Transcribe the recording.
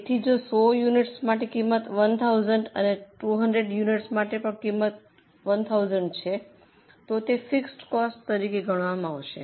તેથી જો 100 યુનિટ્સ માટે કિંમત 1000 અને 200 યુનિટ્સ માટે પણ કિંમત 1000 છે તો તે ફિક્સડ કોસ્ટ તરીકે ગણવામાં આવશે